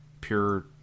pure